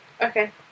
Okay